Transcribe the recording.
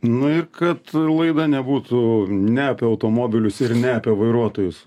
nu ir kad laida nebūtų ne apie automobilius ir ne apie vairuotojus